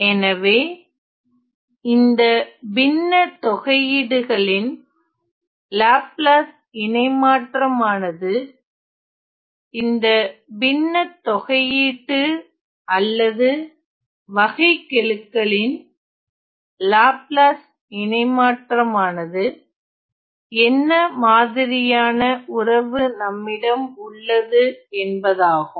எனவே இந்த பின்ன தொகையீடுகளின் லாப்லாஸ் இணைமாற்றமானது இந்த பின்ன தொகையீட்டு அல்லது வகைக்கெழுகளின் லாப்லாஸ் இணைமாற்றமனது என்ன மாதிரியான உறவு நம்மிடம் உள்ளது என்பதாகும்